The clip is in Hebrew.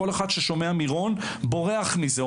כל אחד ששומע מירון בורח מזה,